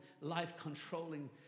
life-controlling